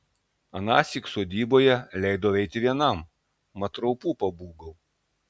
anąsyk sodyboje leidau eiti vienam mat raupų pabūgau